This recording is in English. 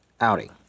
outing